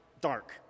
dark